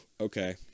Okay